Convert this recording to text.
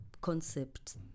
concept